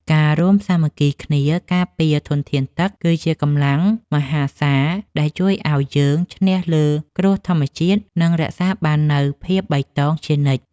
ការរួមសាមគ្គីគ្នាការពារធនធានទឹកគឺជាកម្លាំងមហាសាលដែលជួយឱ្យយើងឈ្នះលើគ្រោះធម្មជាតិ និងរក្សាបាននូវភាពបៃតងជានិច្ច។